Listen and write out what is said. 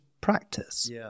practice